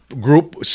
group